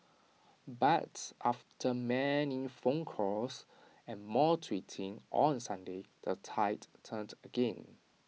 but after many phone calls and more tweeting on Sunday the tide turned again